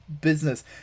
business